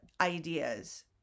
ideas